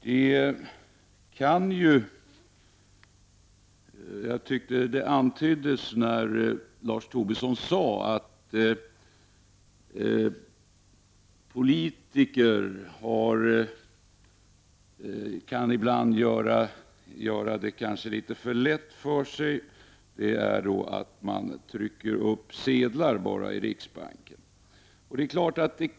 Det antyds av Lars Tobisson att politiker kan göra det litet för lätt för sig, nämligen att resonemangen handlar om att riksbanken enbart trycker upp sedlar.